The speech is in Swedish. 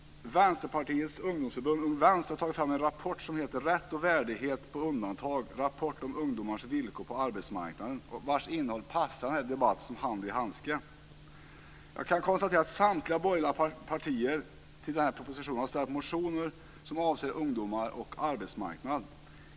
Vänsterpartiets ungdomsförbund Ung vänster har tagit fram en rapport som heter Rätt och värdighet på undantag - rapport om ungdomars villkor på arbetsmarknaden, vars innehåll passar i denna debatt som hand i handske. Samtliga borgerliga partier har väckt motioner till denna proposition som avser ungdomar och arbetsmarknad.